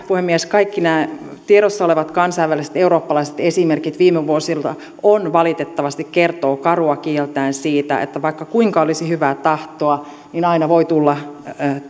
puhemies kaikki nämä tiedossa olevat kansainväliset ja eurooppalaiset esimerkit viime vuosilta valitettavasti kertovat karua kieltään siitä että vaikka kuinka olisi hyvää tahtoa niin aina voi tulla